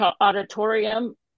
Auditorium